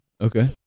Okay